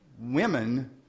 Women